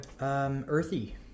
earthy